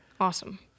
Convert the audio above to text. Awesome